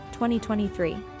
2023